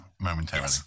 Momentarily